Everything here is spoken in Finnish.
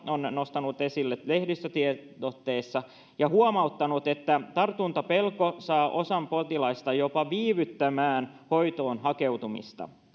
ovat nostaneet asian esille lehdistötiedotteessa ja huomauttaneet että tartuntapelko saa osan potilaista jopa viivyttämään hoitoon hakeutumista